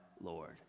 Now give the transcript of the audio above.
Lord